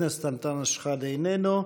חבר הכנסת אנטאנס שחאדה, איננו.